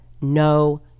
no